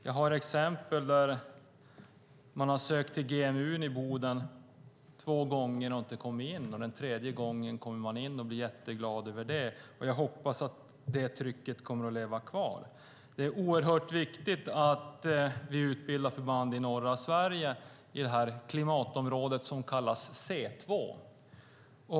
Jag har exempel på att man har sökt till GMU i Boden två gånger och inte kommit in, och när man tredje gången kommer in blir man jätteglad. Jag hoppas att detta tryck kvarstår. Det är viktigt att vi utbildar förband i norra Sverige, i klimatområdet som kallas C2.